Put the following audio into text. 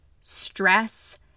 stress